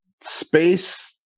space